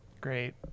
Great